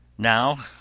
now,